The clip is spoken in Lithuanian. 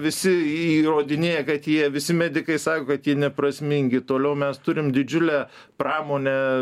visi įrodinėja kad jie visi medikai sako kad tie neprasmingi toliau mes turim didžiulę pramonę